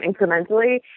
incrementally